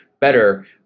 better